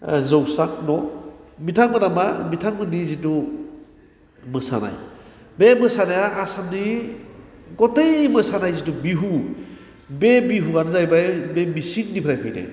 जौसां न' बिथांमोना मा बिथांमोननि जिथु मोसानाय बे मोसानाया आसामनि गथाय मोसानाय जिथु बिहु बे बिहुआनो जाहैबाय बे मिसिंनिफ्राय फैनाय